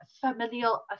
familial